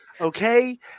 okay